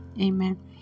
amen